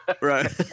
Right